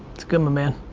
that's good my man,